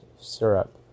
syrup